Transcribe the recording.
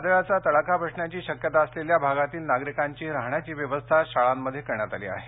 वादळाचा तडाखा बसण्याची शक्यता असलेल्या भागातील नागरिकांची राहण्याची व्यवस्था शाळांमध्ये करण्यात आली आहे